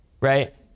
right